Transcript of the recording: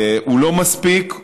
הוא לא מספיק,